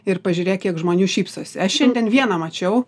ir pažiūrėk kiek žmonių šypsosi aš šiandien vieną mačiau